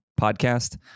podcast